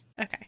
Okay